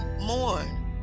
mourn